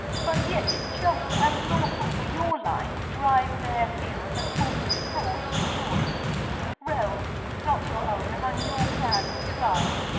but yet is just and lawful for your line to drive their fields, and force with fraud to join realms, not your own, among your clans divide,